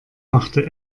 machte